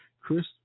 Chris